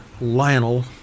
Lionel